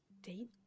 Date